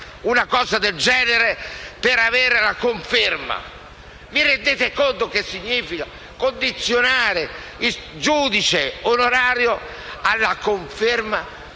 una cosa del genere per quanto riguarda la conferma? Vi rendete conto che questo significa condizionare il giudice onorario alla conferma